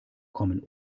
kommen